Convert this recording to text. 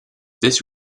this